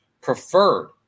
preferred